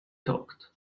thought